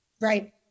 right